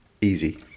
Easy